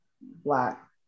black